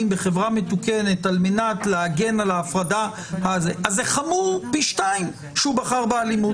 בחברה מתוקנת על מנת להגן על ההפרדה אז זה חמור פי שניים שהוא בחר באלימות,